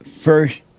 first